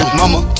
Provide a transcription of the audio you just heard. mama